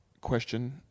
question